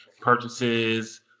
purchases